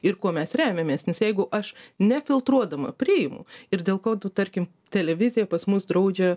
ir kuo mes remiamės nes jeigu aš ne filtruodama priimu ir dėl ko tu tarkim televizija pas mus draudžia